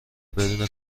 بدون